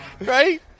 right